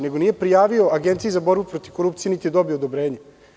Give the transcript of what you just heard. Nije prijavio Agenciji za borbu protiv korupcije niti je dobio odobrenje.